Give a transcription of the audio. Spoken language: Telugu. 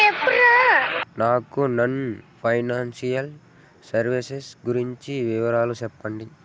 నాకు నాన్ ఫైనాన్సియల్ సర్వీసెస్ గురించి వివరాలు సెప్పండి?